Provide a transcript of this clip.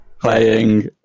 Playing